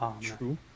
True